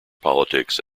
politics